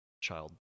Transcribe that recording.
child